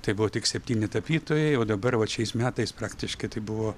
tai buvo tik septyni tapytojai o dabar vat šiais metais praktiškai tai buvo